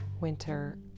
winter